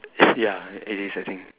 ya it is I think